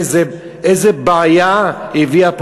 איזה בעיה היא הביאה פה,